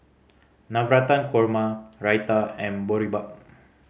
Navratan Korma Raita and Boribap